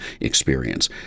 experience